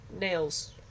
nails